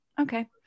okay